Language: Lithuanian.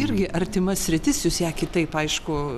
irgi artima sritis jūs ją kitaip aišku